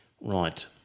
Right